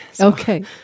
Okay